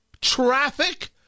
Traffic